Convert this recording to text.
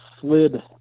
slid